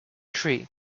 tree